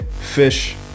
fish